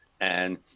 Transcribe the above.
and-